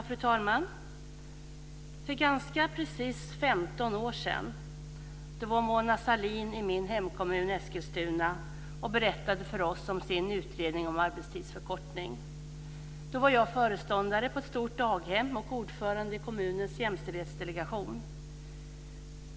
Fru talman! För ganska precis 15 år sedan var Mona Sahlin i min hemkommun Eskilstuna och berättade för oss om sin utredning om arbetstidsförkortning. Då var jag föreståndare på ett stort daghem och ordförande i kommunens jämställdhetsdelegation.